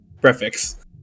prefix